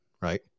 right